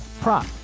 prop